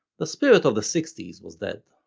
the spirit of the sixties was dead.